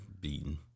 beaten